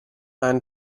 and